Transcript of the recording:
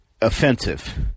offensive